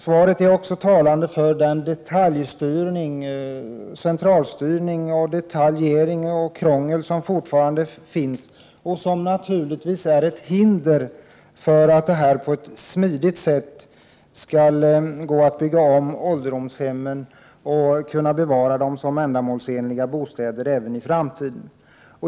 Svaret är också talande för den centralstyrning, detaljreglering och det krångel som fortfarande finns och som naturligtvis är ett hinder för att det på ett smidigt sätt skall gå att bygga om ålderdomshemmen och bevara dem som ändamålsenliga bostäder även i framtiden.